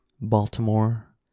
Baltimore